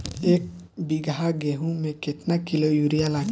एक बीगहा गेहूं में केतना किलो युरिया लागी?